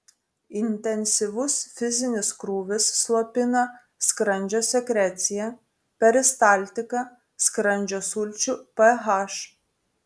intensyvus fizinis krūvis slopina skrandžio sekreciją peristaltiką skrandžio sulčių ph